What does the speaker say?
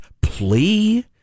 plea